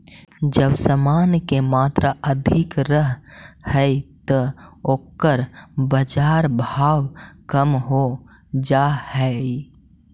जब समान के मात्रा अधिक रहऽ हई त ओकर बाजार भाव कम हो जा हई